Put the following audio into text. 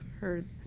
heard